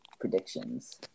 predictions